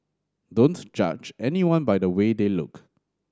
don't judge anyone by the way they look